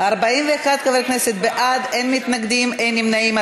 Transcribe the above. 41 חברי כנסת בעד, אין מתנגדים, אין נמנעים.